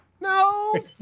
No